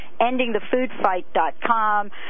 endingthefoodfight.com